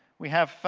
we have